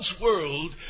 world